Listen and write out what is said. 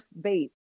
bait